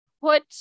put